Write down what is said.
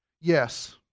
Yes